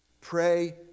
Pray